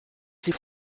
sie